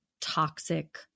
toxic